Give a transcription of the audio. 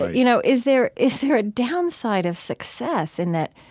you know, is there is there a downside of success in that